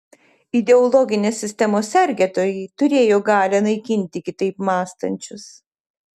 ideologinės sistemos sergėtojai turėjo galią naikinti kitaip mąstančius